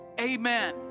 Amen